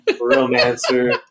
romancer